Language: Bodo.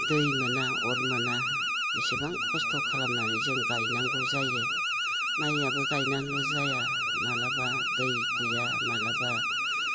दै मोना अर मोना बेसेबां खस्थ' खालामनानै जों गायनांगौ जायो माइआबो गायनानैल' जाया माब्लाबा दै गैया माब्लाबा